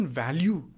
value